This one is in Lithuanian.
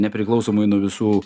nepriklausomai nuo visų